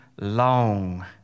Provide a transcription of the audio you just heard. long